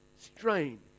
Strain